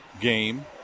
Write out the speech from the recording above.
game